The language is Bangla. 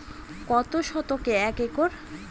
কত শতকে এক একর?